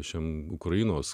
šiam ukrainos